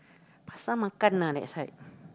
pasar-malam lah that side